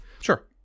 Sure